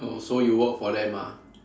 oh so you work for them ah